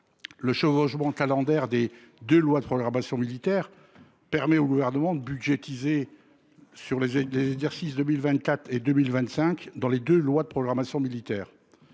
Le chevauchement calendaire des de loi de programmation militaire permet au gouvernement de budgétiser sur les et les exercices 2024 et 2025 dans les 2 lois de programmation militaire.